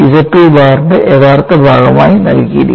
ZII ബാറിന്റെ യഥാർത്ഥ ഭാഗമായി നൽകിയിരിക്കുന്നു